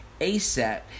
ASAP